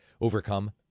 overcome